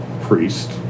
priest